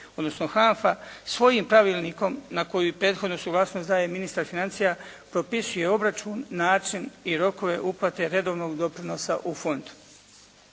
odnosno HANFA svojim pravilnikom na koji prethodnu suglasnost daje ministar financija propisuje obračun, način i rokove uplate redovnog doprinosa u fond.